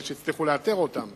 אלה שהצליחו לאתר אותם